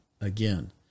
again